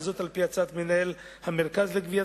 וזאת על-פי הצעת מנהל המרכז לגביית